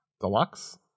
Deluxe